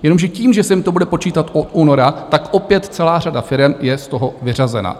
Jenomže tím, že se jim to bude počítat od února, tak opět celá řada firem je z toho vyřazena.